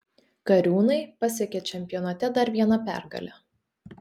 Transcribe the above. kariūnai pasiekė čempionate dar vieną pergalę